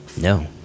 No